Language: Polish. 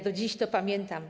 Do dziś to pamiętam.